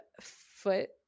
foot